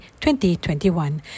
2021